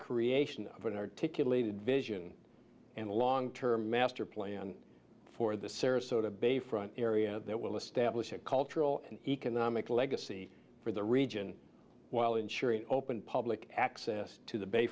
an articulated vision and long term master plan for the sarasota bayfront area that will establish a cultural and economic legacy for the region while ensuring open public access to the